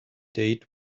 date